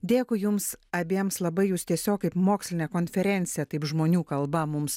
dėkui jums abiems labai jūs tiesiog kaip mokslinė konferencija taip žmonių kalba mums